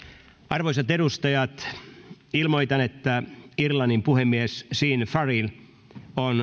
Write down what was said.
arvoisat edustajat ilmoitan että irlannin puhemies sean o fearghail on